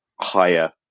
higher